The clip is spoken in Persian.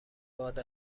باد